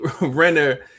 Renner